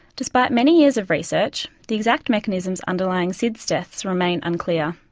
despite many years of research, the exact mechanisms underlying sids deaths remain unclear.